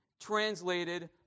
translated